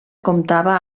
comptava